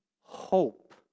hope